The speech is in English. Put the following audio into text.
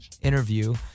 interview